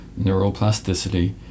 neuroplasticity